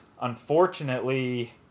unfortunately